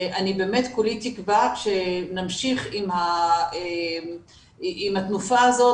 אני באמת כולי תקווה שנמשיך עם התנופה הזאת